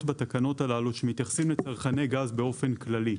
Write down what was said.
בתקנות הללו שמתייחסים לצרכני גז באופן כללי,